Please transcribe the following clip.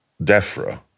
Defra